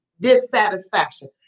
dissatisfaction